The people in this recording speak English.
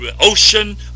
ocean